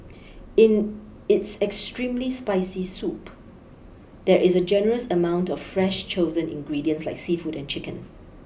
in its extremely spicy soup there is a generous amount of fresh chosen ingredients like seafood and chicken